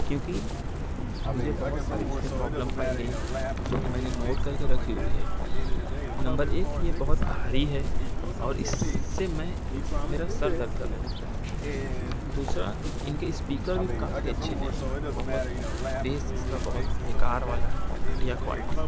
کیونکہ مجھے بہت ساری اس میں پرابلم پائی گئیں جو کہ میں نے نوٹ کر کے رکھی ہوئی ہے نمبر ایک یہ بہت بھاری ہے اور اس سے میں میرا سر درد کرنے لگتا ہے دوسرا ان کے اسپیکر بھی کافی اچھے نہیں بہت بیس اس کا بہت بیکار والا ہے گھٹیا کوالٹی